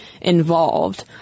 involved